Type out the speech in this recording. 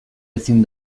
ezin